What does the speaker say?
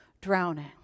drowning